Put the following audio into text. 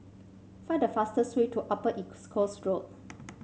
find the fastest way to Upper East Coast Road